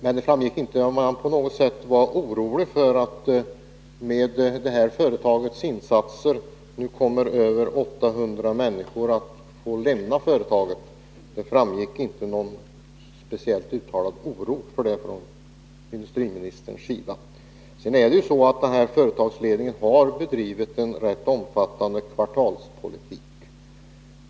Men det framgick inte om han på något sätt var orolig för att över 800 människor till följd av det här företagets insatser nu måste lämna företaget. Det framkom inte någon speciellt uttalad oro för detta från industriministern. Denna företagsledning har bedrivit en rätt omfattande kvartalspolitik.